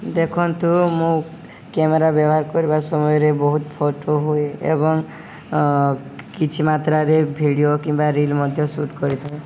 ଦେଖନ୍ତୁ ମୁଁ କ୍ୟାମେରା ବ୍ୟବହାର କରିବା ସମୟରେ ବହୁତ ଫଟୋ ହୁଏ ଏବଂ କିଛି ମାତ୍ରାରେ ଭିଡ଼ିଓ କିମ୍ବା ରିଲ୍ ମଧ୍ୟ ସୁଟ୍ କରିଥାଏ